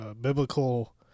biblical